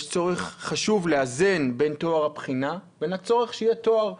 יש צורך חשוב לאזן בין טוהר הבחינות הצורך שיהיה טוהר לבחינה,